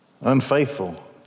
unfaithful